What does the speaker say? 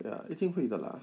ya 一定会的啦